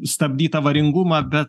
stabdyt avaringumą bet